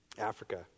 Africa